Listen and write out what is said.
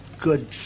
good